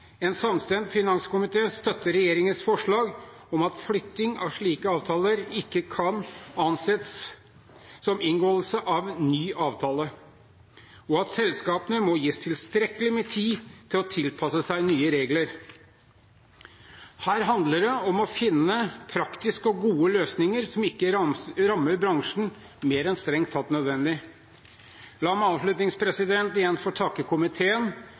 en samstemt finanskomité støtter regjeringens forslag om at flytting av slike avtaler ikke kan anses som inngåelse av ny avtale, og at selskapene må gis tilstrekkelig med tid til å tilpasse seg nye regler. Her handler det om å finne praktiske og gode løsninger som ikke rammer bransjen mer enn strengt tatt nødvendig. La meg avslutningsvis igjen få takke komiteen